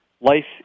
Life